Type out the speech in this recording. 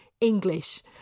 English